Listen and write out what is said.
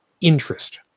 interest